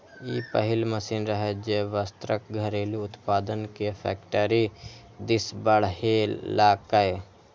ई पहिल मशीन रहै, जे वस्त्रक घरेलू उत्पादन कें फैक्टरी दिस बढ़ेलकै